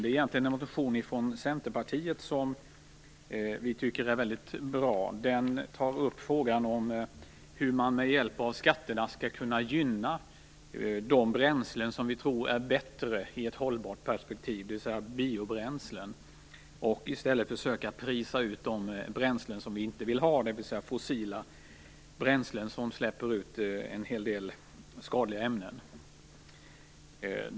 Den är baserad på en motion från Centerpartiet som vi tycker är väldigt bra. Den tar upp frågan hur man med hjälp av skatterna skall kunna gynna de bränslen som vi tror är bättre i ett hållbarhetsperspektiv, dvs. biobränslen, och försöka att priskonkurrera ut de bränslen som vi inte vill ha, dvs. fossila bränslen, som släpper ut en hel del skadliga ämnen.